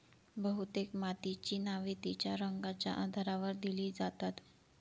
बहुतेक मातीची नावे तिच्या रंगाच्या आधारावर दिली जातात